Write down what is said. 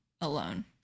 alone